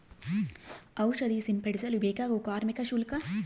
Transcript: ಔಷಧಿ ಸಿಂಪಡಿಸಲು ಬೇಕಾಗುವ ಕಾರ್ಮಿಕ ಶುಲ್ಕ?